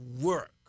work